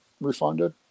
refunded